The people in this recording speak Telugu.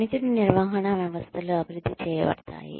పనితీరు నిర్వహణ వ్యవస్థలు అభివృద్ధి చేయబడతాయి